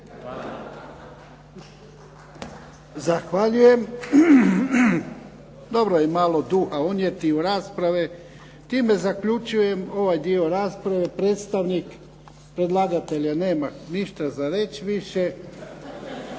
Zahvaljujem. Dobro je malo duha unijeti u rasprave. Time zaključujem ovaj dio rasprave. Predstavnik predlagatelja nema ništa za reći više.